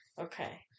Okay